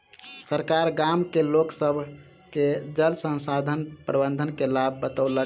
सरकार गाम के लोक सभ के जल संसाधन प्रबंधन के लाभ बतौलक